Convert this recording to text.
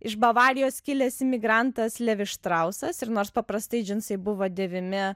iš bavarijos kilęs emigrantas levis štrausas ir nors paprastai džinsai buvo dėvimi